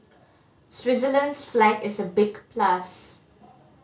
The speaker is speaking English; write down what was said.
Switzerland's flag is a big plus